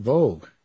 Vogue